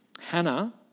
Hannah